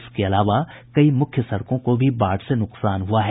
इसके अलावा कई मुख्य सड़कों को भी बाढ़ से नुकसान हुआ है